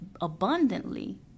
abundantly